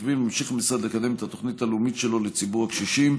במקביל המשרד ממשיך לקדם את התוכניות הלאומיות שלו לציבור הקשישים,